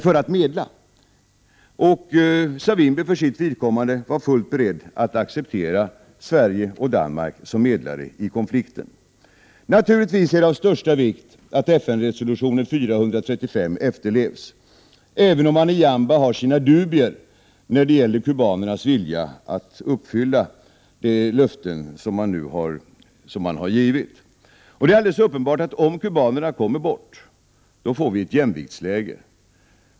Savimbi var för sitt vidkommande fullt beredd att acceptera Sverige och Danmark som medlare i konflikten. Naturligtvis är det av största vikt att FN-resolutionen 435 efterlevs, även om man i Jamba har sina dubier när det gäller kubanernas vilja att uppfylla det löfte man har givit. Det är alldeles uppenbart att vi får ett jämviktsläge om kubanerna kommer bort.